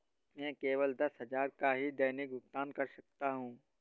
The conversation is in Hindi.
मैं केवल दस हजार का ही दैनिक भुगतान कर सकता हूँ